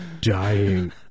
dying